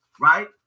right